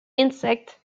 insect